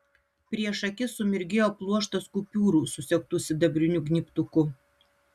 prieš akis sumirgėjo pluoštas kupiūrų susegtų sidabriniu gnybtuku